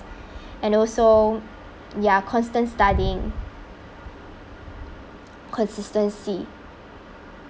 and also ya constant studying consistency